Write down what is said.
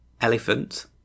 Elephant